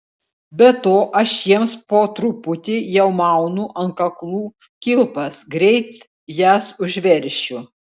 be to aš jiems po truputį jau maunu ant kaklų kilpas greit jas užveršiu